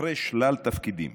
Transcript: אחרי שלל תפקידים,